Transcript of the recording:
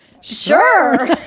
Sure